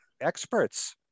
experts